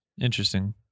Interesting